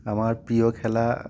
আমার প্রিয় খেলা